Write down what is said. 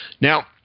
Now